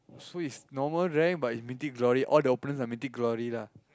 so is normal rank but is Mythic-Glory all the opponents are Mythic-Glory lah